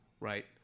right